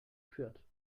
fürth